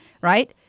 right